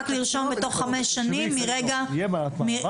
רק לרשום בתוך חמש שנים מרגע --- זה